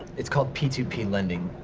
it's called p two p lending.